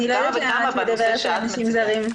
אני לא יודעת למה את מדברת על אנשים זרים,